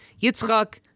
Yitzchak